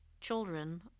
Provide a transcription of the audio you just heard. children